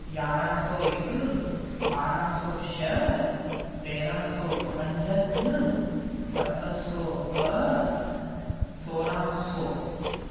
यारहां सौ हिकु ॿारहां सौ छह तेरहां सौ पंजहठि सत सौ ॿ सोरहां सौ